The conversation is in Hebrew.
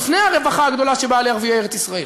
עוד לפני הרווחה הגדולה שבאה לערביי ארץ-ישראל,